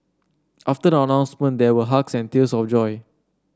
after the announcement there were hugs and tears of joy